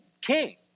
king